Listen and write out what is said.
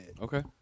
Okay